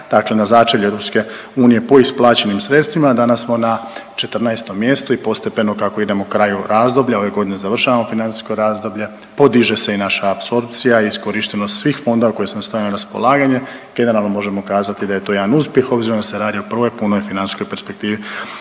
dakle na začelju EU. Po isplaćenim sredstvima danas smo na 14 mjestu i postepeno kako idemo kraju razdoblja ove godine završavamo financijsko razdoblje podiže se i naša apsorpcija i iskorištenost svih fondova koji su stavljeni na raspolaganje. Generalno možemo kazati da je to jedan uspjeh obzirom da se radi o prvoj punoj financijskoj perspektivi